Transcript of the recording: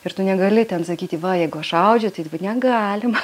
ir tu negali ten sakyti va jeigu aš audžiu tai negalima